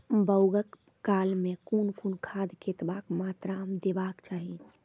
बौगक काल मे कून कून खाद केतबा मात्राम देबाक चाही?